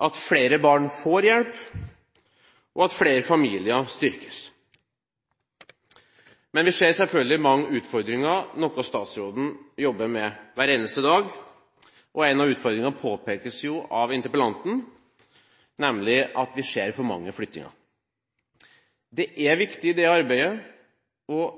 at flere barn får hjelp, og at flere familier styrkes. Men vi ser selvfølgelig mange utfordringer, noe statsråden jobber med hver eneste dag. En av utfordringene påpekes av interpellanten, nemlig at vi ser for mange flyttinger. I det arbeidet er